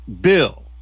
bill